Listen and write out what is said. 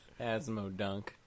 Asmodunk